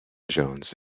jones